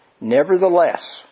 Nevertheless